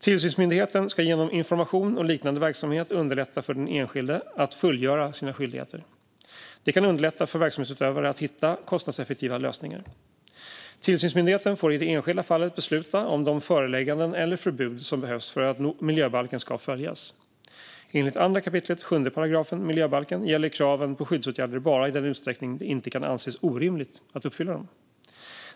Tillsynsmyndigheten ska genom information och liknande verksamhet underlätta för den enskilde att fullgöra sina skyldigheter. Det kan underlätta för verksamhetsutövare att hitta kostnadseffektiva lösningar. Tillsynsmyndigheten får i det enskilda fallet besluta om de förelägganden eller förbud som behövs för att miljöbalken ska följas. Enligt 2 kap. 7 § miljöbalken gäller kraven på skyddsåtgärder bara i den utsträckning det inte kan anses orimligt att uppfylla dem.